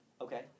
Okay